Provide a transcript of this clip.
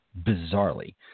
bizarrely